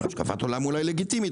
השקפת עולם אולי לגיטימית,